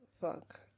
Fuck